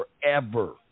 forever